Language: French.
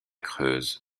creuse